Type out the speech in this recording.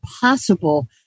possible